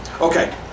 Okay